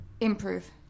Improve